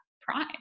pride